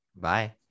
Bye